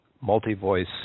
multi-voice